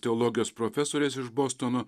teologijos profesorės iš bostono